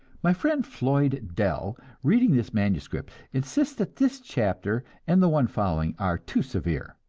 my friend floyd dell, reading this manuscript, insists that this chapter and the one following are too severe.